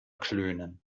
klönen